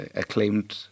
acclaimed